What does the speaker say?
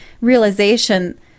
realization